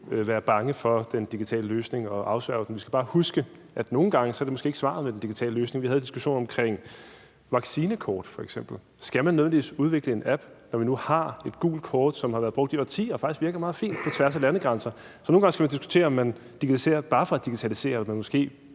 være bange for den digitale løsning og afsværge den. Vi skal bare huske, at nogle gange er det måske ikke svaret med en digital løsning. Vi havde en diskussion omkring f.eks. vaccinekort. Skal man nødvendigvis udvikle en app, når vi nu har et gult kort, som har været brugt i årtier og faktisk virker meget fint på tværs af landegrænser. Så nogle gange skal man diskutere, om man digitaliserer